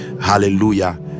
hallelujah